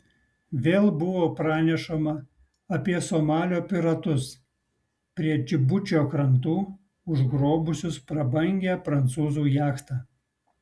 vėl buvo pranešama apie somalio piratus prie džibučio krantų užgrobusius prabangią prancūzų jachtą